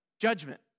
Judgment